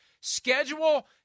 Schedule